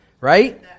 right